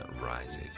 Rises